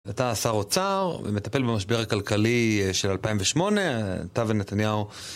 אתה שר אוצר, ומטפל במשבר הכלכלי של 2008, אתה ונתניהו